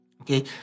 okay